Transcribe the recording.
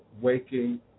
waking